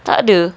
tak ada